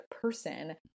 person